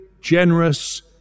generous